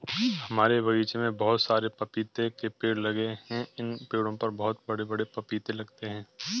हमारे बगीचे में बहुत सारे पपीते के पेड़ लगे हैं इन पेड़ों पर बहुत बड़े बड़े पपीते लगते हैं